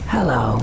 Hello